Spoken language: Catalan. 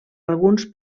alguns